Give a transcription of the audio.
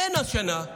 אין השנה,